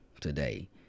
today